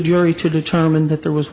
jury to determine that there was